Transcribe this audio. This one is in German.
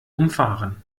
umfahren